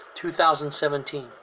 2017